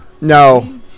No